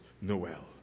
Noel